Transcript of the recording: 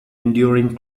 enduring